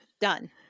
Done